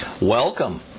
Welcome